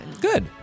Good